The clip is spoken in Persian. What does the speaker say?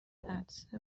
عطسه